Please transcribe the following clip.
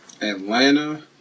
Atlanta